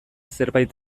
zerbait